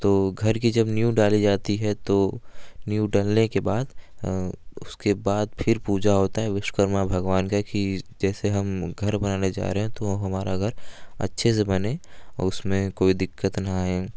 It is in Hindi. तो घर की जब नीव डाली जाती है तो नीव डलने के बाद उसके बाद फिर पूजा होता है विश्वकर्मा भगवान का की जैसे हम घर बनाने जा रहे हैं तो हमारा अगर अच्छे से बने उसमें कोई दिक्कत ना आएँ